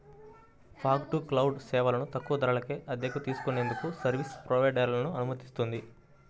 fog to cloud సేవలను తక్కువ ధరకే అద్దెకు తీసుకునేందుకు సర్వీస్ ప్రొవైడర్లను అనుమతిస్తుంది